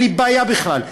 אין לי בעיה בכלל.